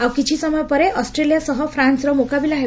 ଆଉ କିଛି ସମୟରେ ପରେ ଅଷ୍ଟ୍ରେଲିଆ ସହ ଫ୍ରାନ୍ସର ମୁକାବିଲା ହେବ